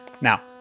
Now